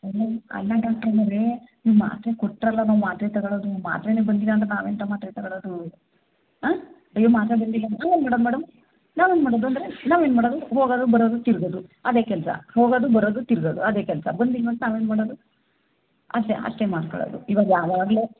ಅಲ್ಲ ಅಲ್ಲ ಡಾಕ್ಟ್ರ್ ಅಮ್ಮಾವ್ರೇ ನೀವು ಮಾತ್ರೆ ಕೊಟ್ಟರಲ್ಲ ನಾವು ಮಾತ್ರೆ ತಗೊಳ್ಳೋದು ಮಾತ್ರೆಯೇ ಬಂದಿಲ್ಲ ಅಂದರೆ ನಾವು ಎಂಥ ಮಾತ್ರೆ ತಗೊಳ್ಳೋದು ಹಾಂ ಅಯ್ಯೋ ಮಾತ್ರೆ ಬಂದಿಲ್ಲ ಅಂದರೆ ನಾವೇನು ಮಾಡೋದು ಮೇಡಮ್ ನಾವೇನು ಮಾಡೋದು ಅಂದರೆ ನಾವೇನು ಮಾಡೋದು ಹೋಗೋದು ಬರೋದು ತಿರ್ಗೋದು ಅದೇ ಕೆಲಸ ಹೋಗೋದು ಬರೋದು ತಿರ್ಗೋದು ಅದೇ ಕೆಲಸ ಬಂದಿಲ್ಲವಂತ ನಾವೇನು ಮಾಡೋದು ಅಷ್ಟೇ ಅಷ್ಟೇ ಮಾಡ್ಸ್ಕೊಳೋದು ಇವಾಗ ಯಾವಾಗಲೋ